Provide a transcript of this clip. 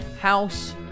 house